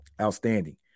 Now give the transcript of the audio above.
outstanding